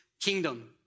kingdom